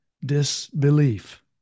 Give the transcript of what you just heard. disbelief